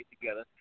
together